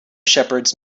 shepherds